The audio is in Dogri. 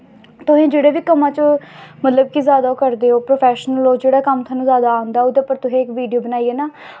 तुसें जेह्ड़े बी कम्मा च मतलब कि जादा ओह् करदे ओ प्रोफैशनल जेह्ड़ा कम्म थोआनू जादा आंदा ओह्दे पर तुस इक वीडियो बनाइयै ना